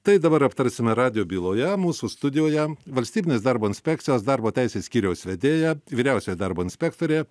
tai dabar aptarsime radijo byloje mūsų studijoje valstybinės darbo inspekcijos darbo teisės skyriaus vedėja vyriausioji darbo inspektorė